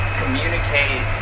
communicate